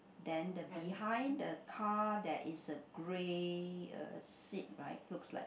then the behind the car there is a grey uh seat right looks like